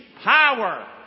power